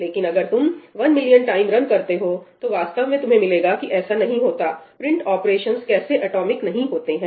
लेकिन अगर तुम वन मिलियन टाइम रन करते हो तो वास्तव में तुम्हें मिलेगा की ऐसा नहीं होता प्रिंट ऑपरेशंस कैसे एटॉमिक नहीं होते हैं